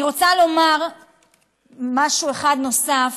אני רוצה לומר משהו אחד נוסף.